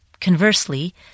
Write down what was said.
conversely